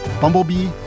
bumblebee